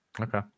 okay